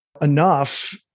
enough